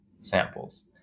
samples